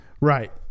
Right